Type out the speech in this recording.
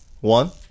one